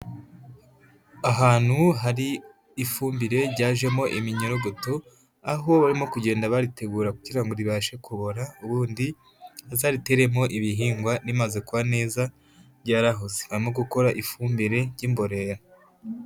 Ahantu hari ifumbire ryajemo iminyorogoto, aho barimo kugenda baritegura kugira ngo ribashe kubora ubundi bazariteremo ibihingwa rimaze kuba neza ryarahoze, barimo gukora ifumbire ry'imborera.